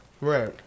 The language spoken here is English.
Right